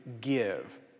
give